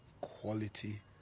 quality